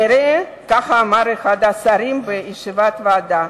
כך אמר אחד השרים בישיבת הוועדה,